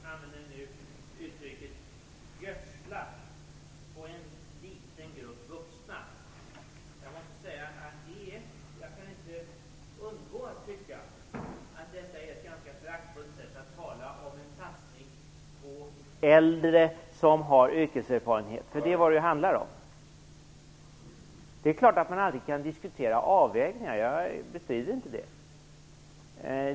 Herr talman! Beatrice Ask använder uttrycket gödsla på en liten grupp vuxna. Jag måste säga att jag inte kan undgå att tycka att detta är ett ganska föraktfullt sätt att tala om en satsning på äldre som har yrkeserfarenhet. Det är vad det handlar om. Det är klart att man alltid kan diskutera avvägningar. Jag bestrider inte det.